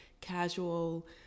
casual